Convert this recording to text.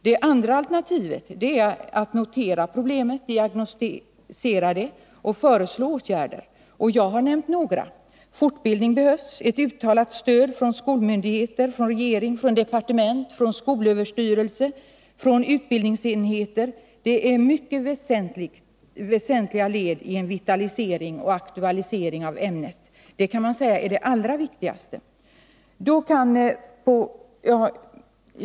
Det andra alternativet är att notera problemet, diagnostisera det och föreslå åtgärder. Jag har nämnt några. Fortbildning behövs. Ett uttalat stöd från skolmyndigheter, från regeringen, från departement, från skolöverstyrelse och från utbildningsenheter är mycket väsentliga led i en vitalisering och aktualisering av ämnet — och det menar jag är det allra viktigaste.